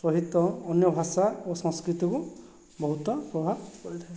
ସହିତ ଅନ୍ୟଭାଷା ଓ ସସ୍କୃତିକୁ ବହୁତ କୁହା ହୋଇଥାଏ